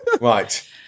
Right